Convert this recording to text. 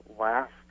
last